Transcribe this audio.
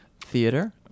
theater